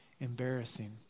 Embarrassing